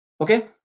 okay